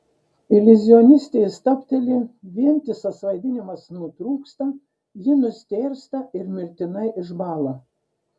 iliuzionistė stabteli vientisas vaidinimas nutrūksta ji nustėrsta ir mirtinai išbąla